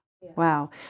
Wow